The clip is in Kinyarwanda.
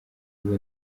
ubu